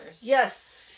Yes